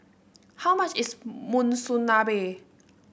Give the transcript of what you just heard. how much is Monsunabe